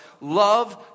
Love